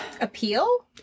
Appeal